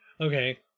Okay